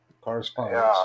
correspondence